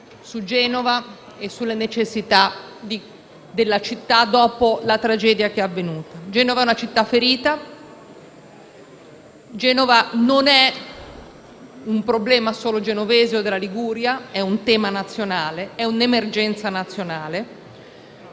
su Genova e sulle necessità della città dopo la tragedia avvenuta. Genova è una città ferita; Genova non è un problema solo genovese o della Liguria, ma un tema nazionale, un'emergenza nazionale.